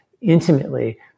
intimately